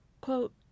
Quote